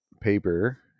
paper